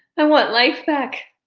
i want life back.